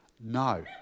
no